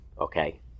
Okay